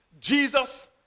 Jesus